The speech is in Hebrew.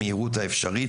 במהירות האפשרית,